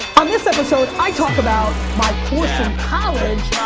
on this episode, i talk about my course in college,